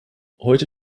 heute